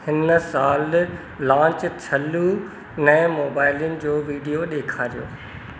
हिन साल लांच थियलु नए मोबाइलनि जो विडियो ॾेखारियो